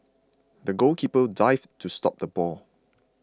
the goalkeeper dived to stop the ball